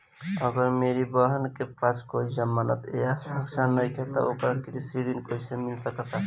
अगर मेरी बहन के पास कोई जमानत या सुरक्षा नईखे त ओकरा कृषि ऋण कईसे मिल सकता?